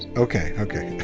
okay. okay.